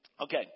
Okay